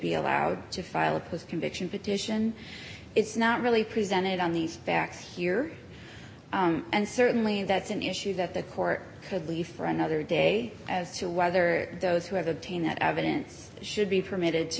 be allowed to file a post conviction petition it's not really presented on these facts here and certainly that's an issue that the court could leave for another day as to whether those who have obtained that evidence should be permitted to